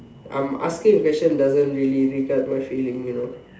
I'm asking a question doesn't really regard my feeling you know